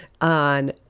on